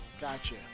Gotcha